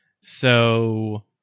So-